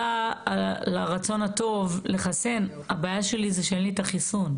אז שמיכל ואדוה יענו לנו על זה אם הן עדיין נמצאות איתנו בזום.